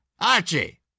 Archie